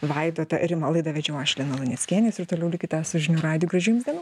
vaidotą rimą laidą vedžiau aš lina luneckienė jūs ir toliau likite su žinių radijo gražių jums dienų